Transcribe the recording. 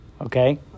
okay